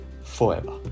forever